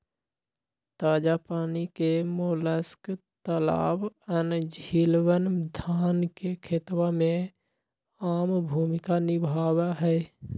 ताजा पानी के मोलस्क तालाबअन, झीलवन, धान के खेतवा में आम भूमिका निभावा हई